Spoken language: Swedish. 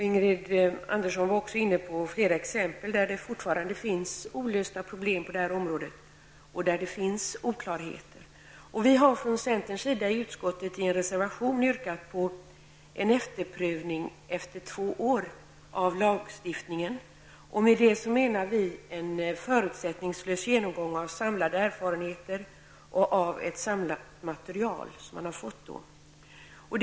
Ingrid Andersson gav också flera exempel på fortfarande olösta problem och oklarheter på detta område. Centern har i en reservation i utskottet yrkat att en efterprövning av lagstiftningen skall göras efter två år. Vi avser en förutsättningslös genomgång av samlade erfarenheter och av ett samlat material som då föreligger.